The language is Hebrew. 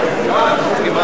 ראשונת הדוברים,